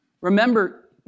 Remember